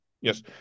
Yes